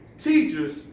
Teachers